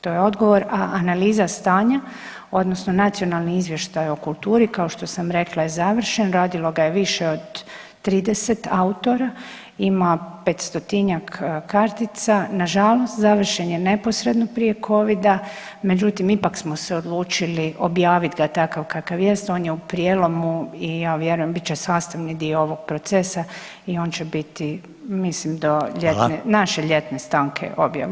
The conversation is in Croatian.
To je odgovor, a analiza stanja odnosno nacionalni izvještaj o kulturi kao što sam rekla je završen, radilo ga je više od 30 autora, ima 500-tinjak kartica, nažalost završen je neposredno prije covida, međutim ipak smo se odlučili objavit ga takav kakav jest, on je u prijelomu i ja vjerujem bit će sastavni dio ovog procesa i on će biti mislim do ljetne, naše ljetne stanke objavljen.